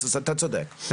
אני.